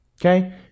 Okay